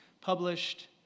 published